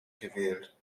gewählt